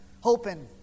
Hoping